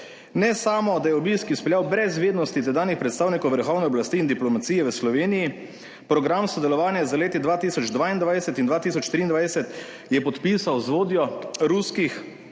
Ne samo, da je obisk izpeljal brez vednosti tedanjih predstavnikov vrhovne oblasti in diplomacije v Sloveniji, program sodelovanja za leti 2022 in 2023 je podpisal z vodjo ruskih